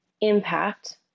impact